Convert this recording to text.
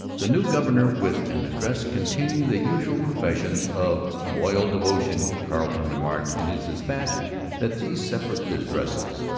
the new governor with an address containing the usual professions of loyal devotion. carleton remarked in his dispatch that these separate addresses,